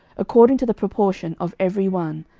according to the proportion of every one,